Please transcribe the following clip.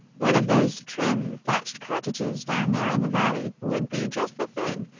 one of those trim, thatched cottages down there in the valley would be just the thing,